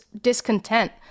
discontent